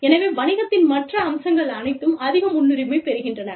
எனவே வணிகத்தின் மற்ற அம்சங்கள் அனைத்தும் அதிக முன்னுரிமை பெறுகின்றன